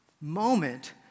moment